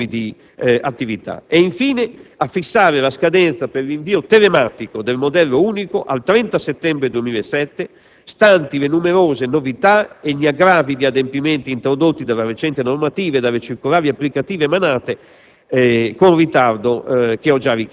di importi e di volume di attività. Infine, a fissare la scadenza per l'invio telematico del modello Unico al 30 settembre 2007, stanti le numerose novità e gli aggravi di adempimenti introdotti dalla recente normativa e dalle circolari applicative emanate